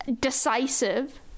decisive